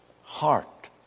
heart